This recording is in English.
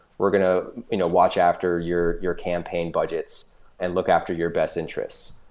we're going to you know watch after your your campaign budgets and look after your best interest,